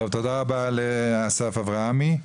תודה רבה לאסף אברהמי,